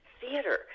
theater